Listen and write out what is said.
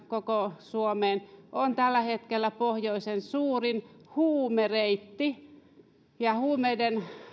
koko suomeen on tällä hetkellä pohjoisen suurin huumereitti ja huumeiden